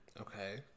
Okay